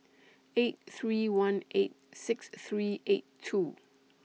eight three one eight six three eight two